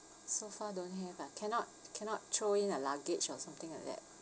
so far don't have ah cannot cannot throw in a luggage or something like that